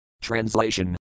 Translation